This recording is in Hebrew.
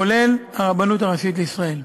כולל הרבנות הראשית לישראל.